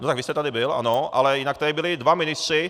No tak vy jste tady byl, ano, ale jinak tady byli dva ministři.